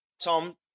Tom